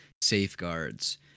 safeguards